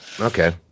Okay